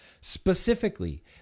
Specifically